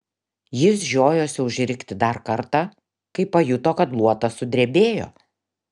jis žiojosi užrikti dar kartą kai pajuto kad luotas sudrebėjo